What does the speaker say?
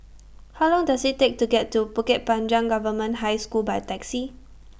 How Long Does IT Take to get to Bukit Panjang Government High School By Taxi